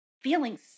feelings